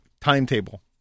timetable